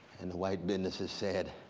and the white businesses said,